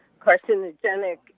carcinogenic